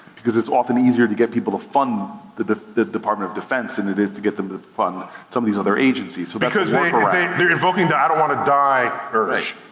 because it's often easier to get people to fund the department of defense than it is to get them to fund some of these other agencies. so because they're evoking the i don't wanna die urge.